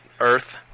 Earth